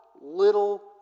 little